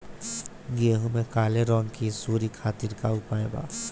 गेहूँ में काले रंग की सूड़ी खातिर का उपाय बा?